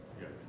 Yes